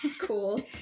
Cool